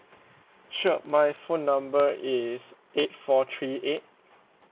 sure my phone number is eight four three eight